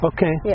Okay